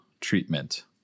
treatment